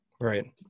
Right